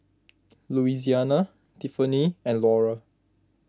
Louisiana Tiffany and Laura